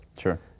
Sure